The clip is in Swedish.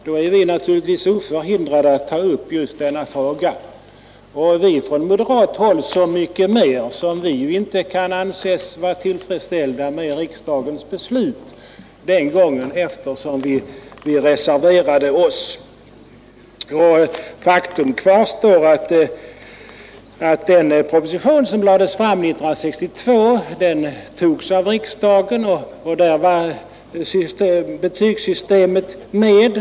Därför är vi naturligtvis oförhindrade att nu ta upp just denna fråga — och vi från moderat håll så mycket mera som vi ju inte kan anses vara tillfredsställda med riksdagens beslut den gången, eftersom vi reserverade oss. Faktum kvarstår att den proposition som lämnades fram 1962 antogs av riksdagen, och där var betygsystemet med.